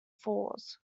falls